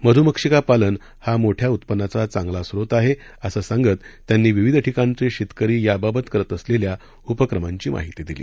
मध्मक्षिका पालन हा मोठ्या उत्पन्नाचा चांगला स्रोत आहे असं सांगत त्यांनी विविध ठिकाणचं शेतकरी याबाबत करत असलेल्या उपक्रमांची माहिती दिली